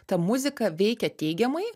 ta muzika veikia teigiamai